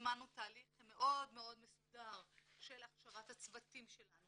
הטמענו תהליך מאוד מאוד מסודר של הכשרת הצוותים שלנו,